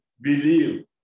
believe